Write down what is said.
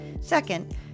Second